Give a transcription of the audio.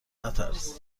نترس